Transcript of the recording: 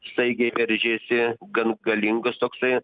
staigiai veržėsi gan galingas toksai